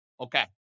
Okay